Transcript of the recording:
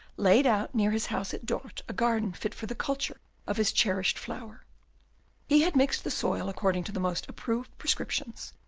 laid out near his house at dort a garden fit for the culture of his cherished flower he had mixed the soil according to the most approved prescriptions,